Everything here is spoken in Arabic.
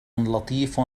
لطيف